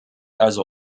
also